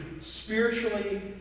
spiritually